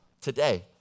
today